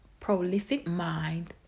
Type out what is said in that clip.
prolificmind